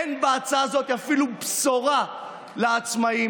אין בהצעה הזאת אפילו בשורה לעצמאים,